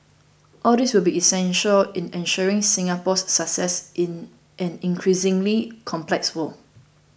all these will be essential in ensuring Singapore's success in an increasingly complex world